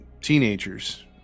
teenagers